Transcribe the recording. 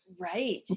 Right